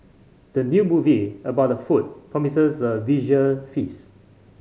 the new movie about the food promises a visual feast